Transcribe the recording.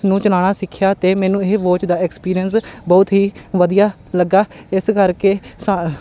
ਨੂੰ ਚਲਾਉਣਾ ਸਿੱਖਿਆ ਅਤੇ ਮੈਨੂੰ ਇਹ ਵੋਚ ਦਾ ਐਕਸਪੀਰੀਅੰਸ ਬਹੁਤ ਹੀ ਵਧੀਆ ਲੱਗਾ ਇਸ ਕਰਕੇ ਸਾ